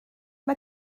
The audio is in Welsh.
mae